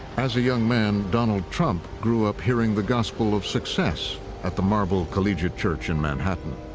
as a young man, donald trump grew up hearing the gospel of success at the marble collegiate church in manhattan.